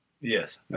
Yes